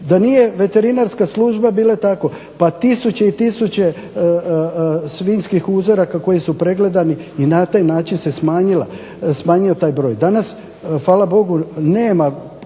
Da nije veterinarska služba bile tako pa tisuće i tisuće svinjskih uzoraka koji su pregledani i na taj način se smanjio taj broj. Danas hvala Bogu nema,